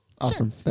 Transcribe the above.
Awesome